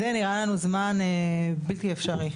זה נראה לנו זמן בלתי אפשרי.